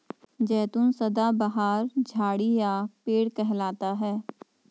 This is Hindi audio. जैतून सदाबहार झाड़ी या पेड़ कहलाता है